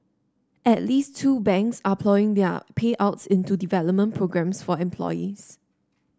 at least two banks are ploughing their payouts into development programmes for employees